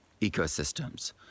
ecosystems